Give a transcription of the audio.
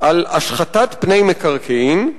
על השחתת פני מקרקעין.